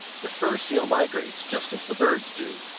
the fur seal migrates just as the birds do,